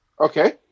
Okay